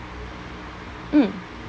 mm